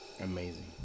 Amazing